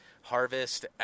harvest